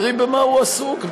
תראי במה הוא עסוק,